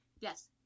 Yes